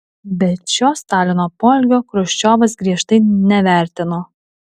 bet šio stalino poelgio chruščiovas griežtai nevertino